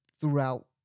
throughout